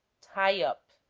tie up